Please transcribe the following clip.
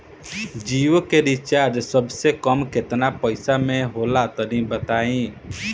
जियो के रिचार्ज सबसे कम केतना पईसा म होला तनि बताई?